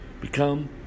Become